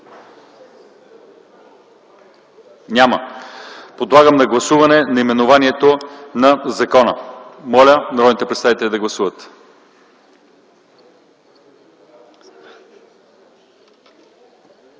Няма. Подлагам на гласуване наименованието на закона. Моля народните представители да гласуват.